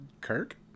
Kirk